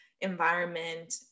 environment